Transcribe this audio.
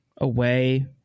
away